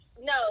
No